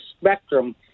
spectrum